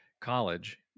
college